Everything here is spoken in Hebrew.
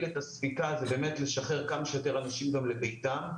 את הספיקה הוא לשחרר כמה שיותר אנשים לביתם.